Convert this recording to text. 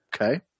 Okay